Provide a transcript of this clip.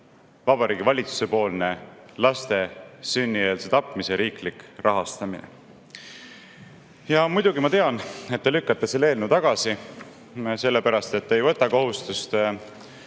Vabariigi Valitsuse poolne laste sünnieelse tapmise riiklik rahastamine. Muidugi ma tean, et te lükkate selle eelnõu tagasi, sellepärast et te ei võta kohustust kaitsta